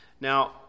Now